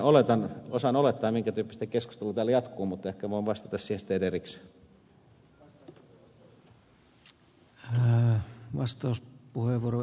melkein osaan olettaa minkä tyyppisenä keskustelu täällä jatkuu mutta ehkä voin vastata sitten erikseen